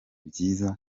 byiza